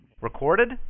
Recorded